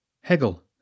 Hegel